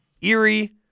eerie